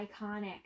iconic